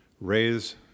raise